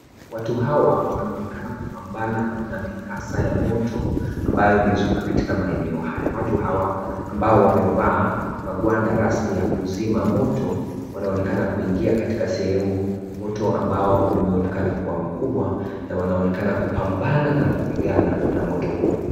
Watu hawa wanaonekana kupambana na Mikasa ya moto ambayo imezuka katika maeneo haya. Watu hawa ambao wamevaa magwanda rasmi ya kuzima moto wanaonekana kuingia katika sehemu ya moto ambayo moto unaonekana kuwa mkubwa na wanaonekana kupambana na kupigana na moto huo.